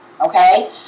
Okay